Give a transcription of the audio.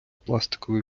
пластикові